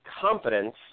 confidence